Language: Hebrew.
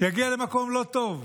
יגיע למקום לא טוב.